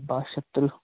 بَہہ شَتھ تٕرٛہ